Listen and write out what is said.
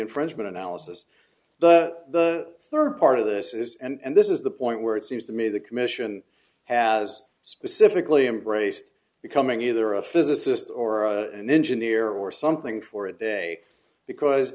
infringement analysis the third part of this is and this is the point where it seems to me the commission has specifically embraced becoming either a physicist or an engineer or something for a day because